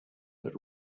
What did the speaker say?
but